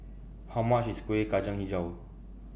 How much IS Kueh Kacang Hijau